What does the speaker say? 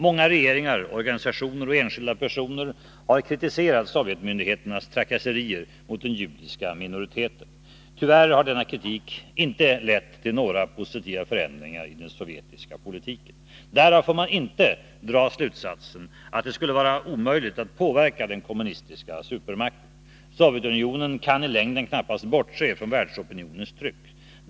Många regeringar, organisationer och enskilda personer har kritiserat sovjetmyndigheternas trakasserier mot den judiska minoriteten. Tyvärr har denna kritik inte lett till några positiva förändringar i den sovjetiska politiken. Därav får man inte dra slutsatsen att det skulle vara omöjligt att påverka den kommunistiska supermakten. Sovjetunionen kan i längden 199 knappast bortse från världsopinionens tryck.